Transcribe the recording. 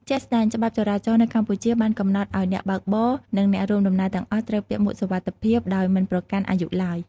ជាក់ស្ដែង ច្បាប់ចរាចរណ៍នៅកម្ពុជាបានកំណត់ឱ្យអ្នកបើកបរ និងអ្នករួមដំណើរទាំងអស់ត្រូវពាក់មួកសុវត្ថិភាពដោយមិនប្រកាន់អាយុឡើយ។